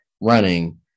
running